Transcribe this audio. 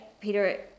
Peter